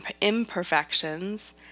imperfections